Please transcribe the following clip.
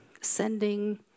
sending